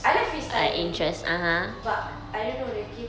I like free styling but I don't know they keep